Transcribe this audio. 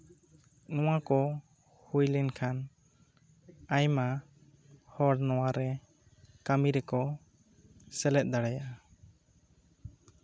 ᱱᱚᱶᱟ ᱠᱚ ᱦᱩᱭ ᱞᱮᱱᱠᱟᱱ ᱟᱭᱢᱟ ᱦᱚᱲ ᱱᱚᱶᱟ ᱨᱮ ᱠᱟᱢᱤ ᱨᱮᱠᱚ ᱥᱮᱞᱮᱫ ᱫᱟᱲᱮᱭᱟᱜᱫᱼᱟ